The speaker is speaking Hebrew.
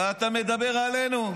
ואתה מדבר עלינו?